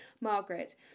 Margaret